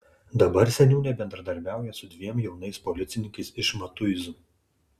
dabar seniūnė bendradarbiauja su dviem jaunais policininkais iš matuizų